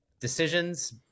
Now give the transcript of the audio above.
decisions